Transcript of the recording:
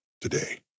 today